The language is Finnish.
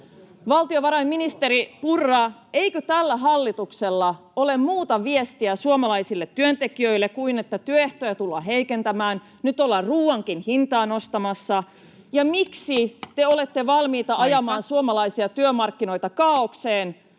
Valtiovarainministeri Purra, eikö tällä hallituksella ole muuta viestiä suomalaisille työntekijöille kuin että työehtoja tullaan heikentämään — nyt ollaan ruoankin hintaa nostamassa — ja miksi te olette valmiita ajamaan [Puhemies koputtaa